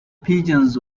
pigeons